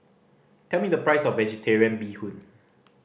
tell me the price of Vegetarian Bee Hoon